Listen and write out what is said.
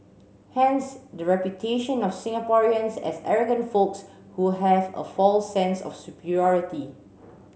hence the reputation of Singaporeans as arrogant folks who have a false sense of superiority